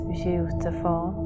beautiful